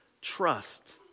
trust